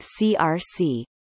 CRC